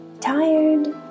tired